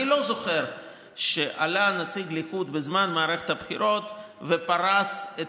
אני לא זוכר שעלה נציג הליכוד בזמן מערכת הבחירות ופרס את